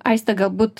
aiste galbūt